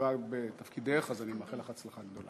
משיבה בתפקידך, אז אני מאחל לך הצלחה גדולה.